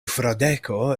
fradeko